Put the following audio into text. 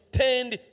tend